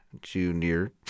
junior